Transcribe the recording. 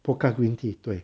pokka green tea 对